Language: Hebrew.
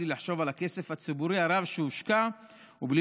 בלי לחשוב על הכסף הציבורי הרב שהושקע ובלי